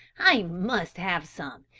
i must have some,